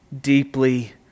deeply